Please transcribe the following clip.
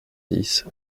dix